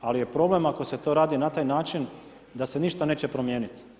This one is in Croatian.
Ali je problem ako se to radi na taj način da se ništa neće promijeniti.